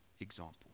example